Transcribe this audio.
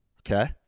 Okay